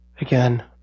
again